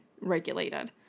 regulated